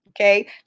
Okay